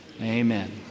Amen